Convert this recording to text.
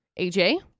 aj